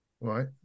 Right